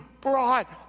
brought